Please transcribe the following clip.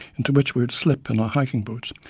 into which we would slip in our hiking boots.